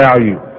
Value